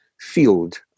field